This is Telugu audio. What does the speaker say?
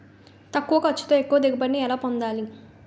తక్కువ ఖర్చుతో ఎక్కువ దిగుబడి ని ఎలా పొందాలీ?